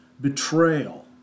betrayal